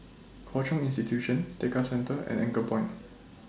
Hwa Chong Institution Tekka Centre and Anchorpoint